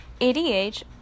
ADH